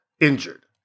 injured